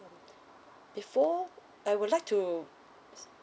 before I would like to